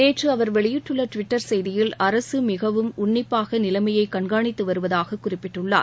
நேற்று அவர் வெளியிட்டுள்ள டுவிட்டர் செய்தியில் அரசு மிகவும் உள்னிப்பாக நிலைமைய கண்காணித்து வருவதாக குறிப்பிட்டுள்ளார்